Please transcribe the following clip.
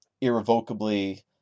irrevocably